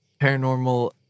paranormal